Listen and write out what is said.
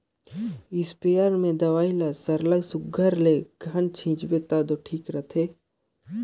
spray में दवई ल सरलग सुग्घर ले घन छींचबे तब दो ठीक रहथे